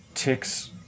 ticks